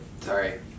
Sorry